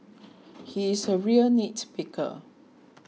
he is a real nitpicker